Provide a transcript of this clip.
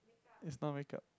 is not makeup